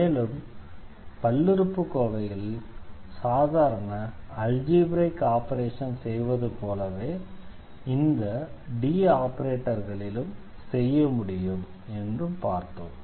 மேலும் பல்லுறுப்புக்கோவைகளில் சாதாரண அல்ஜீப்ரைக் ஆபரேஷன் செய்வது போல இந்த D ஆபரேட்டர்களிலும் செய்ய முடியும் என்று பார்த்தோம்